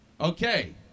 okay